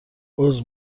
عذر